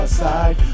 side